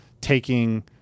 taking